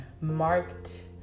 marked